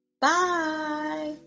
bye